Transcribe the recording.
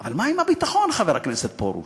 אבל מה עם הביטחון, חבר הכנסת פרוש?